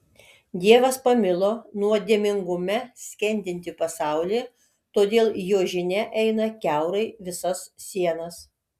dievas pamilo nuodėmingume skendintį pasaulį todėl jo žinia eina kiaurai visas sienas